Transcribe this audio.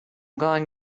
going